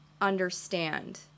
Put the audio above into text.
understand